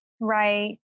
right